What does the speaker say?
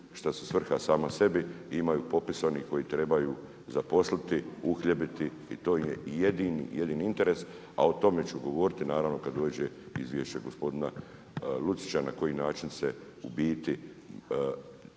što su svrha sama sebi i imaju popisanih koji trebaju zaposliti, uhljebiti i to im je jedini, jedini interes, a o tome ću govoriti naravno kad dođe izvješće gospodina Lucića na koji način se u biti